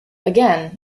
again